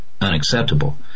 unacceptable